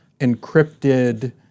encrypted